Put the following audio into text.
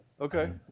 okay